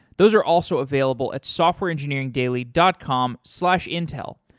those are also available at softwareengineeringdaily dot com slash intel.